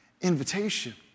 Invitation